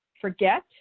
forget